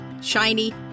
shiny